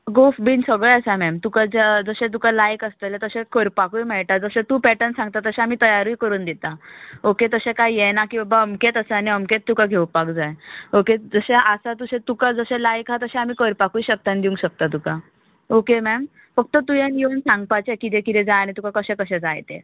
गोफ बीन सगळे आसा मॅम तुका ज जशें तुका लायक आसतले तशे करपाकूय मेळटा जशे तूं पॅटंस मेळटा तशे आमी तयारूय करून दिता ओके तशें कांय हे ना की बाबा अमकेच आसा आनी अमकेच तुका घेवपाक जाय ओके जशे आसता जशे तुका लायक जात तशे आमी करपाकूय शकता आनी दिवंक शकता तुका ओके मॅम फक्त तुवें येवन सांगपाचें कितें कितें जाय आनी तुका कशें कशें जाय तें